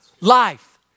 Life